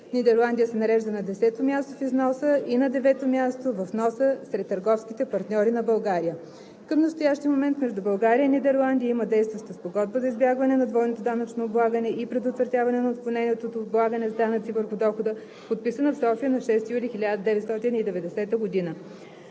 Нидерландия се нарежда на десето място в износа и на девето място във вноса сред търговските партньори на България. Към настоящия момент между България и Нидерландия има действаща Спогодба за избягване на двойното данъчно облагане и предотвратяване на отклонението от облагане с данъци върху дохода, подписана в София на 6 юли 1990 г.